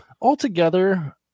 altogether